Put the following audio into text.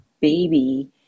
baby